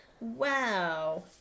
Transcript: Wow